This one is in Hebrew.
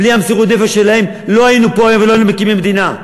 בלי מסירות הנפש שלהם לא היינו פה ולא היינו מקימים מדינה.